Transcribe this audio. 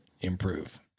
improve